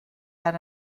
had